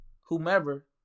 whomever